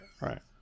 right